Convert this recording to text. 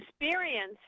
experience